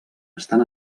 estan